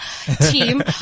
team